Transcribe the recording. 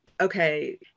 okay